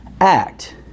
act